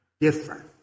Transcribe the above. different